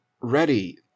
ready